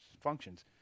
functions